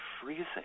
freezing